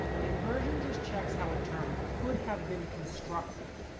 inversion just checks how a term could have been constructed,